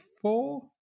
four